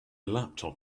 laptop